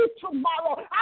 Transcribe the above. tomorrow